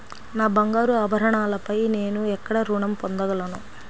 నా బంగారు ఆభరణాలపై నేను ఎక్కడ రుణం పొందగలను?